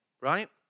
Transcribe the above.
right